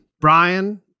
brian